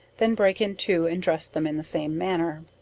them break in two and dress them in the same manner.